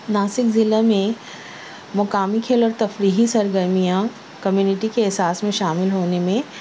ناسک ضلع میں مقامی کھیل اور تفریحی سرگرمیاں کمیونٹی کے احساس میں شامل ہونے میں